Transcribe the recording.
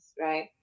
right